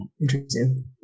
interesting